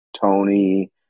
Tony